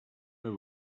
over